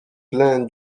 plein